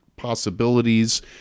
possibilities